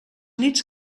nits